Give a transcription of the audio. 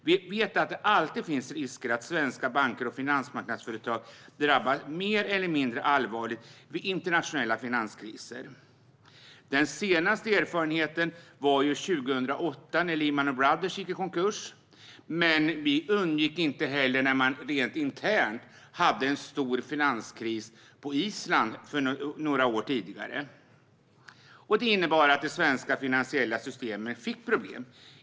Vi vet att det alltid finns risker för att svenska banker och finansmarknadsföretag drabbas mer eller mindre allvarligt vid internationella finanskriser. Den senaste erfarenheten är från 2008, när Lehman Brothers gick i konkurs. Men vi undgick inte heller en rent intern stor finanskris på Island för några år sedan. Det innebar att även det svenska finansiella systemet fick problem.